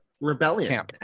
rebellion